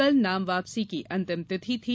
कल नाम वापसी की अंतिम तिथि थी